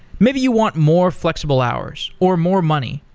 maybe you want more flexible hours, or more money,